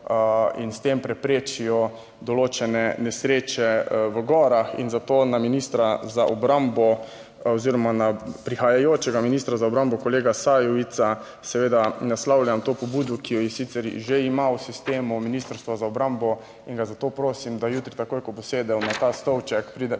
in s tem preprečijo določene nesreče v gorah in zato na ministra za obrambo oziroma na prihajajočega ministra za obrambo, kolega Sajovica seveda, naslavljam to pobudo, ki jo je sicer že ima v sistemu Ministrstva za obrambo in ga zato prosim, da jutri takoj, ko bo sedel na ta stolček, je